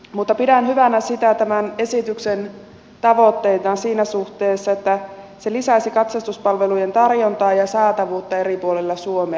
mutta pidän hyvinä tämän esityksen tavoitteita siinä suhteessa että se lisäisi katsastuspalvelujen tarjontaa ja saatavuutta eri puolilla suomea